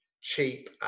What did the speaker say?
cheap